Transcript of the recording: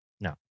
No